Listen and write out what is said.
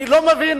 אני לא מבין,